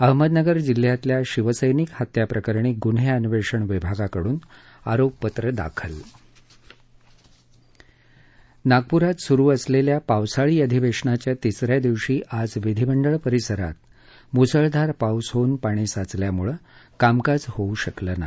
अहमदनगर जिल्ह्यातल्या शिवसैनिक हत्याप्रकरणी गुन्हे अन्वेषण विभागाकडून आरोपपत्र दाखल नागप्रात सुरू असलेल्या पावसाळी अधिवेशनाच्या तिसऱ्या दिवशी आज विधीमंडळ परिसरात मुसळधार पाऊस होऊन पाणी साचल्यामुळे कामकाज होऊ शकलं नाही